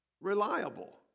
reliable